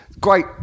great